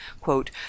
quote